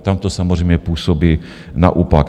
Tam to samozřejmě působí naopak.